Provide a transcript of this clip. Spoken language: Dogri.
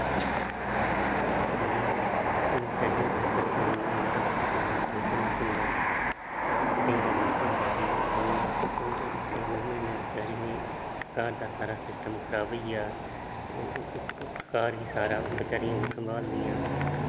इनें बचारियें गी बड़ी परेशानी दा ओह् बी करना पौंदा केईं बारी ऐसा होंदा कि जियां कोई वुमन ऐ बेचारी कोई घर दा सारा सिस्टम खराब होई गेआ ओह् घर बी सारा बचारियां संभालदियां